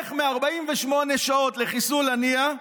איך מ-48 שעות לחיסול הנייה,